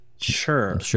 Sure